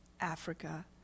Africa